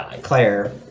Claire